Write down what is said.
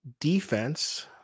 defense